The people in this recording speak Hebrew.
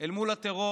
אל מול הטרור,